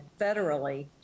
federally